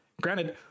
granted